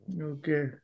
okay